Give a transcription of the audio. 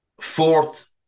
fourth